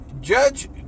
Judge